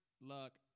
Luck